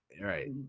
right